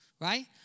right